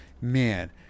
man